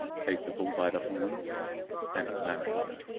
take the bull by the horns and marry him!